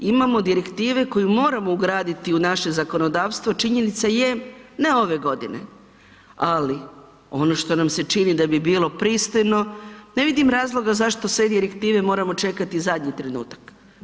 Imamo direktive koje moramo ugraditi u naše zakonodavstvo, činjenica je, ne ove godine, ali ono što nam se čini da bi bilo pristojno, ne vidim razloga zašto sve direktive moramo čekati zadnji trenutak.